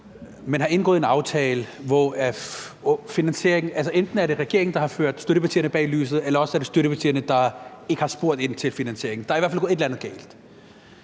Man har indgået en aftale, hvor et eller andet er gået galt. Enten er det regeringen, der har ført støttepartierne bag lyset, eller også er det støttepartierne, der ikke har spurgt ind til finansieringen. Der er i hvert fald gået et eller andet galt.